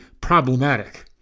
problematic